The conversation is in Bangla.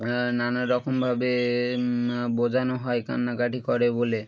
নানাারকমভাবে বোঝানো হয় কান্নাকাঠি করে বলে